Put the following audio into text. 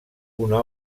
una